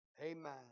Amen